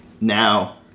Now